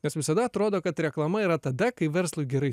nes visada atrodo kad reklama yra tada kai verslui gerai